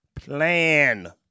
plan